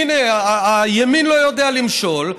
הינה, הימין לא יודע למשול.